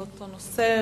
באותו נושא,